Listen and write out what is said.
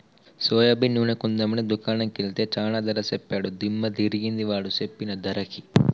soybean నూనె కొందాం అని దుకాణం కెల్తే చానా ధర సెప్పాడు దిమ్మ దిరిగింది వాడు సెప్పిన ధరకి